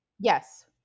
yes